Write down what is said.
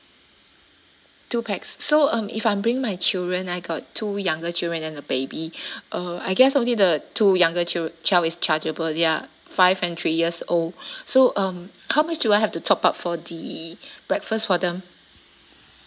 two pax so um if I bring my children I got two younger children and a baby uh I guess only the two younger chil~ child is chargeable they're five and three years old so um how much do I have to top up for the breakfast for them